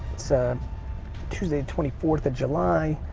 it's tuesday twenty fourth of july.